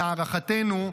להערכתנו,